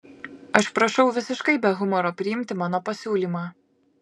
aš prašau visiškai be humoro priimti mano pasiūlymą